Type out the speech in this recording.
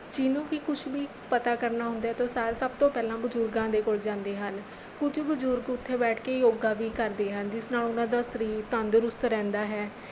ਜਿਹਨੂੰ ਵੀ ਕੁਝ ਵੀ ਪਤਾ ਕਰਨਾ ਹੁੰਦਾ ਆ ਤਾਂ ਸ ਸਭ ਤੋਂ ਪਹਿਲਾਂ ਬਜ਼ੁਰਗਾਂ ਦੇ ਕੋਲ ਜਾਂਦੇ ਹਨ ਕੁਝ ਬਜ਼ੁਰਗ ਉੱਥੇ ਬੈਠ ਕੇ ਯੋਗਾ ਵੀ ਕਰਦੇ ਹਨ ਜਿਸ ਨਾਲ ਉਹਨਾਂ ਦਾ ਸਰੀਰ ਤੰਦਰੁਸਤ ਰਹਿੰਦਾ ਹੈ